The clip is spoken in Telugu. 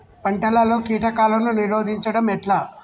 పంటలలో కీటకాలను నిరోధించడం ఎట్లా?